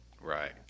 Right